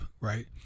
right